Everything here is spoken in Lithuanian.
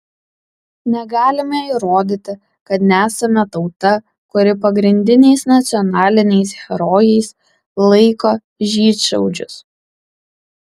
negalime įrodyti kad nesame tauta kuri pagrindiniais nacionaliniais herojais laiko žydšaudžius